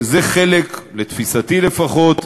זה חלק, לתפיסתי לפחות,